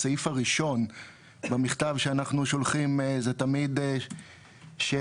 הסעיף הראשון במכתב שאנחנו שולחים זה תמיד שהנושא